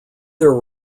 there